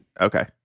okay